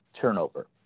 turnover